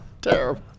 terrible